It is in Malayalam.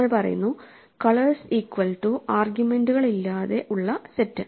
നമ്മൾ പറയുന്നു കളേഴ്സ് ഈക്വൽ റ്റു ആർഗ്യുമെന്റുകളില്ലാതെ ഉള്ള സെറ്റ്